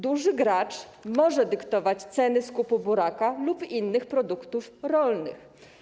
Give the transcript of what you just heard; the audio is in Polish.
Duży gracz może dyktować ceny skupu buraka lub innych produktów rolnych.